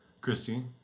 Christine